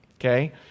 okay